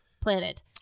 planet